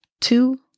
two